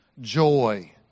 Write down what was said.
joy